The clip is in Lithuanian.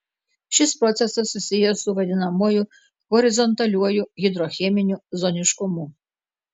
šis procesas susijęs su vadinamuoju horizontaliuoju hidrocheminiu zoniškumu